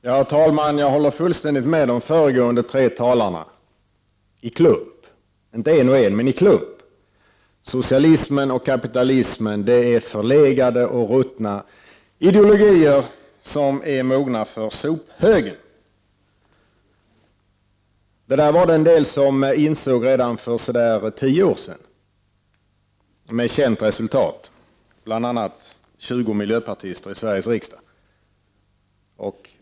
Herr talman! Jag håller fullständigt med de föregående tre talarna, i klump, inte en och en, men i klump. Socialismen och kapitalismen är förlegade och ruttna ideologier som är mogna för sophögen. En del insåg det redan för tio år sedan, med känt resultat, bl.a. 20 miljöpartister i Sveriges riksdag.